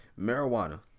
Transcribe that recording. Marijuana